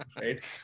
right